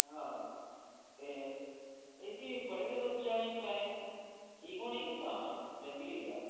हां ते इसी बड़े दिन लग्गी जाने टाईम ठीक होने गी जां जल्दी होई जाह्ग